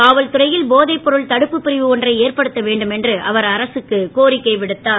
காவல்துறையில் போதைப் பொருள் தடுப்பு பிரிவு ஒன்றை ஏற்படுத்த வேண்டும் என்று அவர் அரசுக்கு கோரிக்கை விடுத்தார்